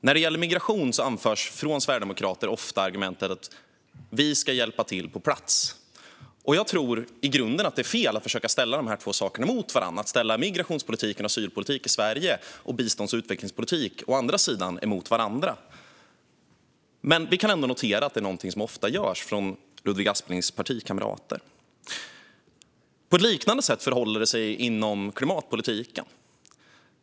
När det gäller migration anförs från sverigedemokrater ofta argumentet att vi ska hjälpa till på plats. Jag tror i grunden att det är fel att försöka ställa dessa två saker - migrations och asylpolitik i Sverige och bistånds och utvecklingspolitik - mot varandra, men vi kan notera att detta är något som Ludvig Asplings partikamrater ofta gör. På ett liknande sätt förhåller det sig inom klimatpolitiken.